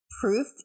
Proof